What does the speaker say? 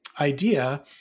idea